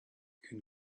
can